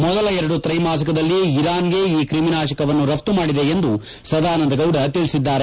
ಮೊದಲ ಎರಡು ತ್ರೈಮಾಸಿಕದಲ್ಲಿ ಇರಾನ್ಗೆ ಈ ಕ್ರಿಮಿನಾಶಕವನ್ನು ರಫ್ತು ಮಾಡಿದೆ ಎಂದು ಅವರು ತಿಳಿಸಿದ್ದಾರೆ